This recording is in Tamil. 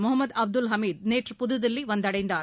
முகமது அப்துல் ஹமீத் நேற்று புதுதில்லி வந்தடைந்தார்